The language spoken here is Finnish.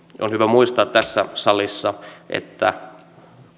on hyvä muistaa tässä salissa että